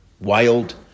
Wild